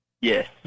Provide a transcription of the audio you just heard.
Yes